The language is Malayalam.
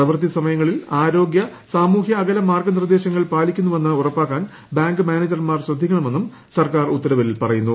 പ്രവൃത്തിസമയങ്ങളിൽ ആരോഗ്യ സാമൂഹ്യ അകല മാർഗനിർദേശങ്ങൾ പാലിക്കുന്നുവെന്ന് ഉറപ്പാക്കാൻ ബാങ്ക് മാനേജർമാർ ശ്രദ്ധിക്കണമെന്നും സർക്കാർ ഉത്തരവിൽ പറയുന്നു